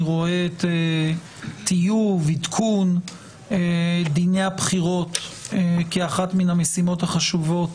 אני רואה את טיוב ועדכון דיני הבחירות כאחת המשימות החשובות